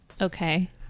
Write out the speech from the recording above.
Okay